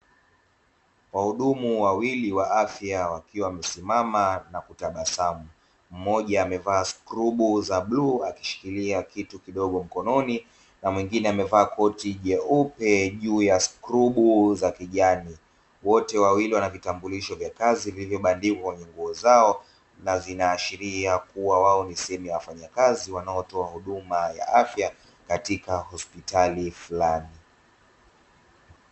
Wahudumu wawili wa afya wakiwa wamesimama na kutabasamu, mmoja amebaa skrubu ya bluu nankushikilia kitu kidogo mkononi na mwingine amevaa koti jeupe juu ya skrubu za kijani, wote wawili wana vitamburisho vya kazi vilivyoandikwa kwa kazi zao na vinaashiria kuwa wao ni sehemu ya wafanyakazi katika shughuli za afya katika hospitali fulani.